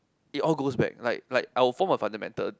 I all goes back like like our form of fundamental